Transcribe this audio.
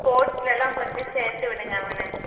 ஸ்போட்ஸ்லெல்லாம் கொஞ்சம் சேர்த்து விடுங்கள் அவனை